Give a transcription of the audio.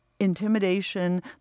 intimidation